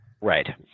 Right